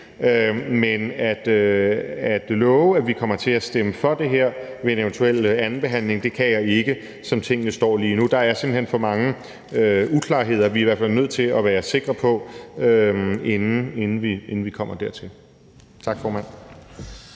Men at love, at vi kommer til at stemme for det her ved en eventuel anden behandling, kan jeg ikke, som tingene står lige nu. Der er simpelt hen for mange uklarheder, som vi i hvert fald er nødt til at være sikre i forhold til, inden vi kommer dertil. Tak, formand.